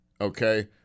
Okay